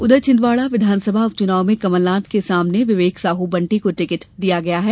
उधर छिदवाडा विधानसभा उपचुनाव में कमलनाथ के सामने विवेक साह बंटी को टिकट दिया गया है